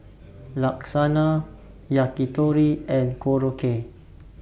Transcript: Lasagna Yakitori and Korokke